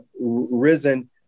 risen